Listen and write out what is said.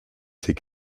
ses